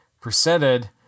presented